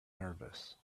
nervous